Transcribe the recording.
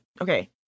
Okay